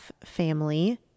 family